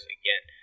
again